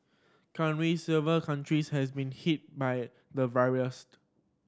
currently several countries has been hit by the virus